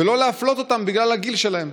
ולא להפלות אותם בגלל הגיל שלהם.